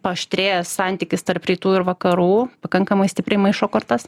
paaštrėjęs santykis tarp rytų ir vakarų pakankamai stipriai maišo kortas